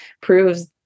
proves